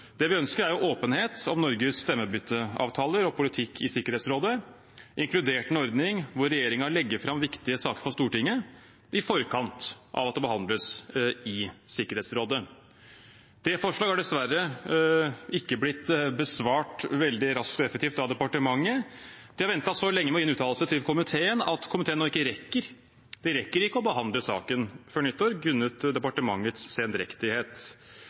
Det vi ønsker, er åpenhet om Norges stemmebytteavtaler og politikk i Sikkerhetsrådet, inkludert en ordning hvor regjeringen legger fram viktige saker for Stortinget i forkant av at de behandles i Sikkerhetsrådet. Det forslaget har dessverre ikke blitt besvart veldig raskt og effektivt av departementet. De har ventet så lenge med å gi en uttalelse til komiteen at komiteen nå ikke rekker – vi rekker ikke – å behandle saken før nyttår, grunnet departementets sendrektighet.